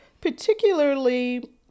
particularly